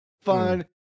Fun